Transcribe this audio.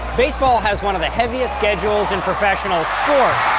baseball has one of the heaviest schedules in professional sports.